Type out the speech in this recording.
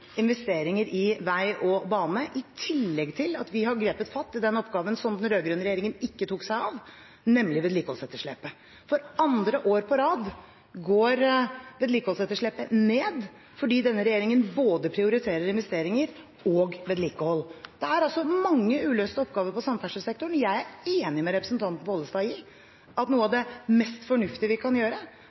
at vi har grepet fatt i oppgaven som den rød-grønne regjeringen ikke tok seg av, nemlig vedlikeholdsetterslepet. For andre år på rad går vedlikeholdsetterslepet ned fordi denne regjeringen prioriterer både investeringer og vedlikehold. Det er altså mange uløste oppgaver på samferdselssektoren. Jeg er enig med representanten Pollestad i at noe av det mest fornuftige vi kan gjøre,